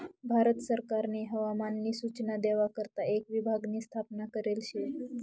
भारत सरकारनी हवामान नी सूचना देवा करता एक विभाग नी स्थापना करेल शे